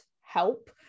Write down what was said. help